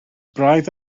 braidd